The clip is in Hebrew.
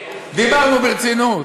דיברנו ברצינות.